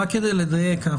כדי לדייק.